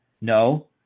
No